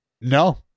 No